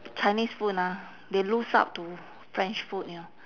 chinese food ah they lose out to french food you know